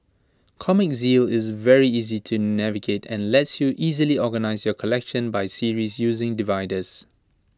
Comic Zeal is very easy to navigate and lets you easily organise your collection by series using dividers